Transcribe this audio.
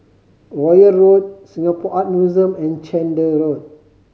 Royal Road Singapore Art Museum and Chander Road